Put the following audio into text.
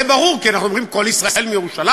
זה ברור, כי אנחנו אומרים "קול ישראל מירושלים".